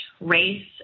race